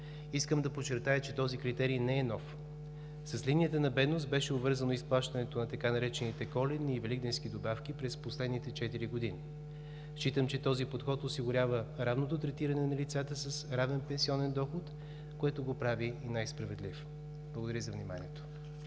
Искам да подчертая, че този критерий не е нов. С линията на бедност беше обвързано изплащането на така наречените „коледни“ и „великденски добавки“ през последните четири години. Считам, че този подход осигурява равното третиране на лицата с равен пенсионен доход, което го прави и най-справедлив. Благодаря Ви за вниманието.